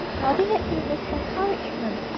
nodding at him with encouragement.